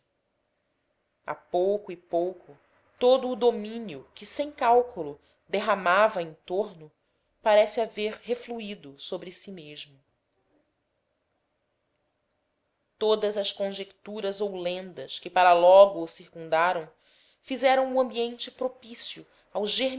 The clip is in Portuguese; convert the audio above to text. a pouco e pouco todo o domínio que sem cálculo derramava em torno parece haver refluído sobre si mesmo todas as conjecturas ou lendas que para logo o circundaram fizeram o ambiente propício ao